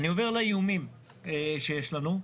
אני עובר לאיומים שיש לנו.